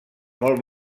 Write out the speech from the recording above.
molt